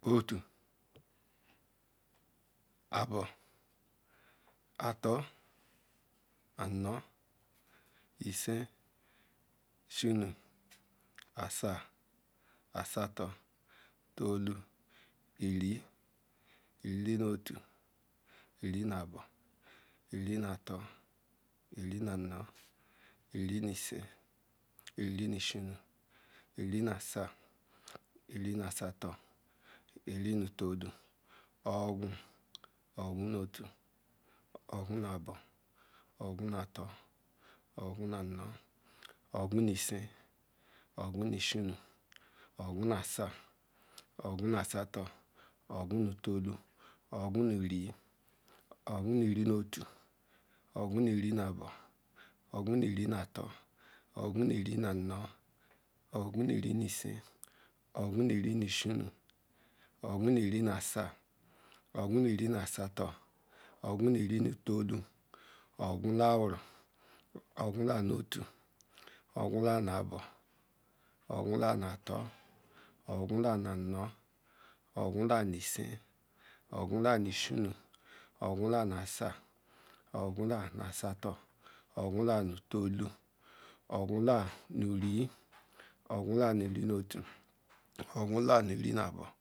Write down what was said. Otu abo atol anu isin ishinu osa asatol tolu iri iri nu otu iri nu abo iri nu atol iri nu anu iri nu isin iri nu ishinu iri nu asa iri nu asatol iri nu tolu ogun ogun nu otu ogu nu abo ogun nu ata ogun nu anu ogun nu isin ogun nu ishinu ogun nu asa ogun nu asata ogun nu tolu ogun nu iri ogun nu iri nu otu ogun ni iri nu abo ogun nu iri nu ata ogun nu iri nu anu ogun nu iri nu isin ogun nu iri nu ishinu ogun nu iri nu asa ogun nu iri nu asata ogun nu iri nu tolu ogun laru ogun laru nu otu ogun laru nu abo ogun laru nu atol ogun laru nu anu ogun laru nu isin ogun laru nu ishinu ogun laru nu asa ogun laru nu asatol ogun laru nu tolu ogun laru nu iri ogun laru nu iri nu otu ogun laru nu iri nu abo.